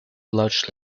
large